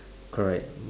correct